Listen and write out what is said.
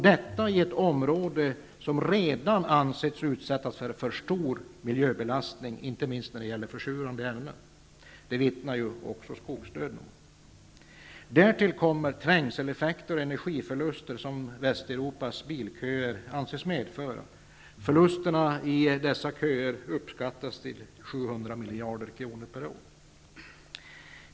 Detta sker i ett område som redan anses utsättas för en för stor miljöbelastning, inte minst av försurande ämnen. Om detta vittnar ju också skogsdöden. Därtill kommer de trängseleffekter och energiförluster som Västeuropas bilköer anses medföra. Förlusterna i dessa köer uppskattas kosta 700 miljarder kronor per år.